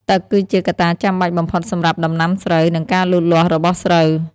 ទឹកគឺជាកត្តាចាំបាច់បំផុតសម្រាប់ដំណាំស្រូវ និងការលូតលាស់របស់ស្រូវ។